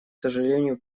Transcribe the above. сожалению